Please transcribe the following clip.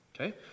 Okay